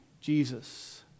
Jesus